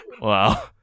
Wow